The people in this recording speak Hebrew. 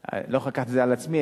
אני לא יכול לקחת את זה על עצמי,